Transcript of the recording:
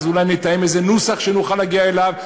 אולי נתאם איזה נוסח שנוכל להגיע אליו.